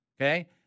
Okay